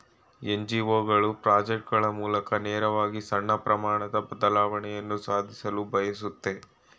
NGO ಗಳು project ಗಳ ಮೂಲಕ ನೇರವಾಗಿ ಸಣ್ಣ ಪ್ರಮಾಣದ ಬದಲಾವಣೆಯನ್ನು ಸಾಧಿಸಲು ಬಯಸುತ್ತೆ